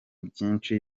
byinshi